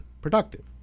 productive